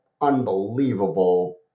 unbelievable